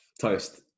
Toast